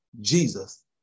Jesus